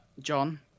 John